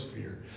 fear